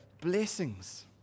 blessings